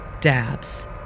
Dabs